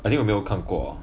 I think 我没有看过